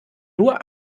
nur